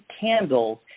candles